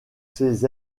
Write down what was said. ces